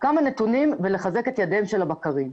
כמה נתונים ולחזק את ידיהם של הבקרים.